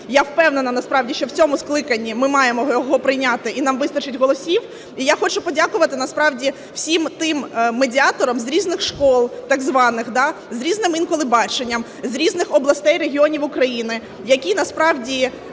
Я впевнена насправді, що в цьому скликанні ми маємо його прийняти і нам вистачить голосів. І я хочу подякувати насправді всім тим медіаторам з різних шкіл так званих, з різним інколи баченням, з різних областей і регіонів України, які насправді